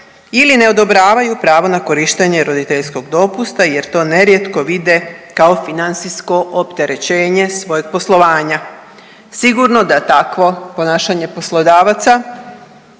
ili ne odobravaju pravo na korištenje roditeljskog dopusta jer to nerijetko vide kao financijsko opterećenje svojeg poslovanja. Sigurno da takvo ponašanje poslodavaca